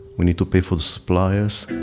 we need to pay for the suppliers.